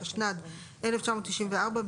התשנ"ד-1994,